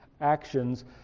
actions